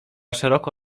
szeroko